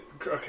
Okay